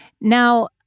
Now